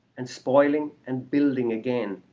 and spoiling and building again.